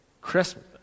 Christmas